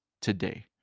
today